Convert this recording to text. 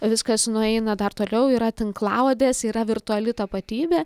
viskas nueina dar toliau yra tinklaodės yra virtuali tapatybė